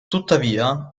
tuttavia